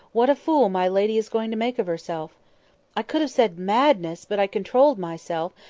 what a fool my lady is going to make of herself i could have said madness! but i controlled myself,